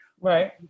Right